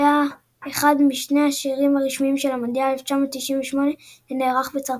שהיה אחד משני השירים הרשמיים של מונדיאל 1998 שנערך בצרפת.